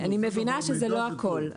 אני מבינה שזה לא הכול.